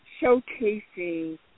showcasing